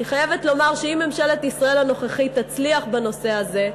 אני חייבת לומר שאם ממשלת ישראל הנוכחית תצליח בנושא הזה,